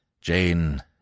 Jane